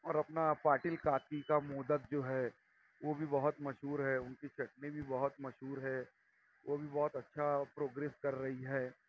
اور اپنا پاٹل کاکی کا مودک جو ہے وہ بھی بہت مشہور ہے ان کی چٹنی بھی بہت مشہور ہے وہ بھی بہت اچھا پروگرس کر رہی ہے